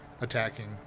attacking